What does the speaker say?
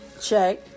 Check